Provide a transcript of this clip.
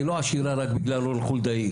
היא לא עשירה רק בגלל רון חולדאי,